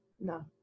no